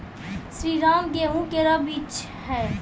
श्रीराम गेहूँ केरो बीज?